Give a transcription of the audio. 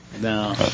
No